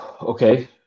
Okay